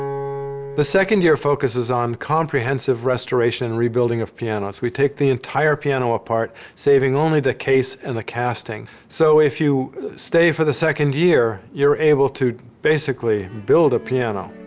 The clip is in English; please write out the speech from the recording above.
the second year focuses on comprehensive restoration and rebuilding of pianos. we take the entire piano apart, saving only the case and the casting. so if you stay for the second year, you're able to basically build a piano.